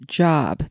job